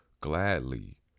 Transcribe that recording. gladly